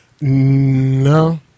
No